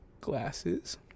glasses